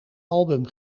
album